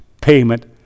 payment